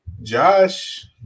Josh